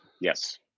Yes